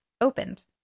opened